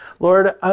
Lord